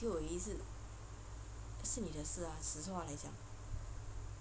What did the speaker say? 你对我有意思那是你的事啊实话来讲